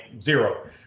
zero